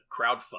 crowdfund